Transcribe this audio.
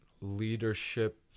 leadership